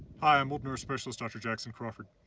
hi, i'm old norse specialist dr. jackson crawford.